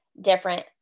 different